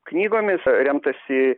knygomis remtasi